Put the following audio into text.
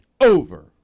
over